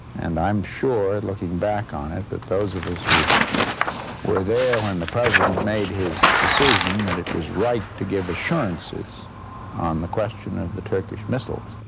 and i'm sure looking back on it, that those of us who were there, when the president made his decision that it was right to give assurances on the question of the turkish missiles,